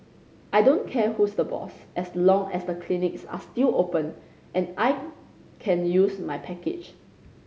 I don't care who's the boss as long as the clinics are still open and I can use my package